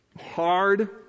hard